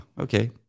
Okay